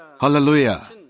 Hallelujah